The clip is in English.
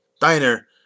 diner